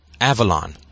Avalon